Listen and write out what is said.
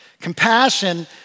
Compassion